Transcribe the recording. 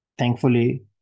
Thankfully